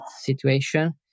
situation